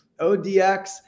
ODX